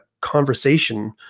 conversation